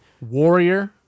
Warrior